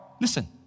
listen